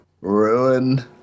ruined